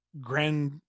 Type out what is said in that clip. grand